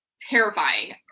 terrifying